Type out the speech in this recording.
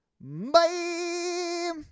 Bye